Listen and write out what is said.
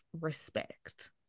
respect